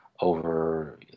over